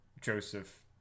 Joseph